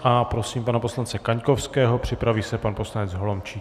A prosím pana poslance Kaňkovského, připraví se pan poslanec Holomčík.